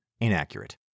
inaccurate